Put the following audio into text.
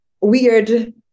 weird